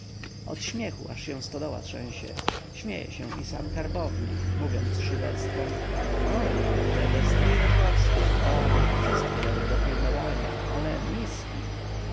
od śmiechu aż się stodoła trzęsie śmieje się i sam karbownik mówiąc z szyderstwem ho ho te bestye dworskie baby wszystkie dobre do pilnowania ale miski